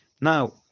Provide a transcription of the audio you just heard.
Now